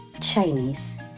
Chinese